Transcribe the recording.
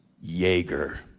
Jaeger